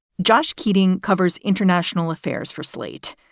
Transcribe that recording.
josh keating covers international affairs for slate.